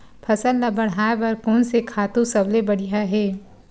फसल ला बढ़ाए बर कोन से खातु सबले बढ़िया हे?